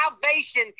salvation